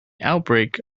outbreak